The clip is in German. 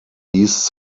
east